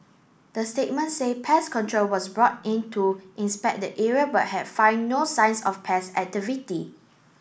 the statement say pest control was brought in to inspect the area but had find no signs of pest activity